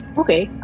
okay